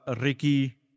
Ricky